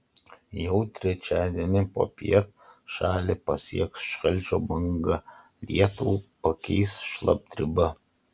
jau trečiadienį popiet šalį pasieks šalčio banga lietų pakeis šlapdriba